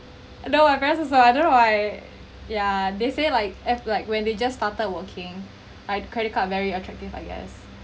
no my parent is like I don't know why yeah they say like as like when they just started working I've credit card very attractive I guess